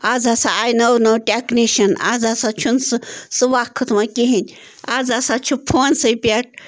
آز ہسا آیہِ نٔو نٔو ٹیکنیٖشَن آز ہسا چھُنہٕ سُہ سُہ وقت وۄنۍ کِہیٖنۍ آز ہسا چھُ فونسٕے پٮ۪ٹھ